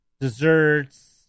desserts